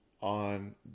on